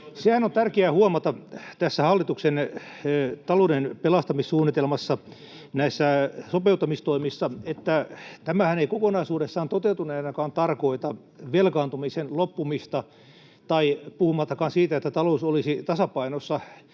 Sehän on tärkeää huomata tässä hallituksen talouden pelastamissuunnitelmassa, näissä sopeuttamistoimissa, että tämähän ei kokonaisuudessaan toteutuneenakaan tarkoita velkaantumisen loppumista — puhumattakaan siitä, että talous olisi tasapainossa